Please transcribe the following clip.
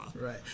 Right